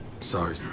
Sorry